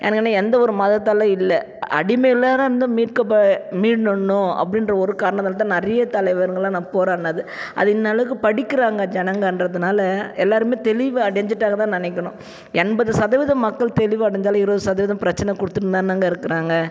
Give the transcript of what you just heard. எனக்குனு எந்த ஒரு மதத்தாலேயும் இல்லை அடிமையுள்ளவராக இருந்து மீட்கப்ப மீண்டணும் அப்படின்ற ஒரு காரணத்தால் தான் நிறைய தலைவர்ங்களாம் நான் போராடுனது அதை இந்தளவுக்கு படிக்கிறாங்க ஜனங்கன்றதுனால் எல்லோருமே தெளிவு அடைஞ்சுட்டாங்க தான் நினைக்கணும் எண்பது சதவீதம் மக்கள் தெளிவு அடைஞ்சாலும் இருபது சதவீதம் பிரச்சனை கொடுத்துன்னுதானங்க இருக்கிறாங்க